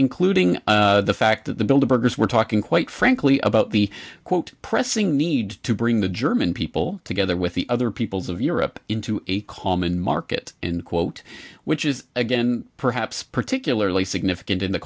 including the fact that the builders were talking quite frankly about the quote pressing need to bring the german people together with the other peoples of europe into a common market and quote which is again perhaps particularly significant in the